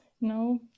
No